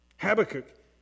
Habakkuk